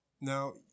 Now